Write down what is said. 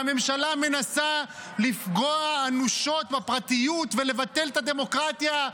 והממשלה מנסה לפגוע אנושות בפרטיות ולבטל את הדמוקרטיה.